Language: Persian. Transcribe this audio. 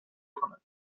کند